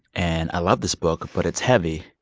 and i love this book, but it's heavy.